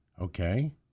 Okay